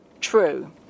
true